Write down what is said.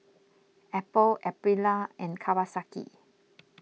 Apple Aprilia and Kawasaki